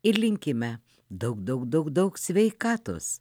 ir linkime daug daug daug daug sveikatos